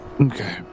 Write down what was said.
Okay